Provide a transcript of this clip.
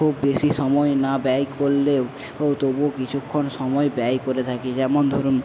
খুব বেশি সময় না ব্যয় করলেও ও তবুও কিছুক্ষণ সময় ব্যয় করে থাকি যেমন ধরুন